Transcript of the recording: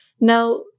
Now